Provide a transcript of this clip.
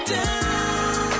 down